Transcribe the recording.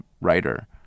writer